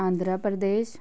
Andhra Pradesh